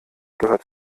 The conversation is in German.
gehört